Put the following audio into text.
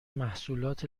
محصولات